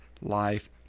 life